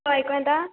hello आयको येता